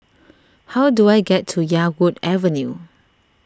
how do I get to Yarwood Avenue